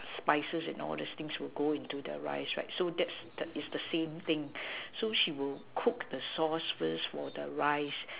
spices and all those thing would go into the rice right so that's the it's the same thing she would cook the sauce first for the rice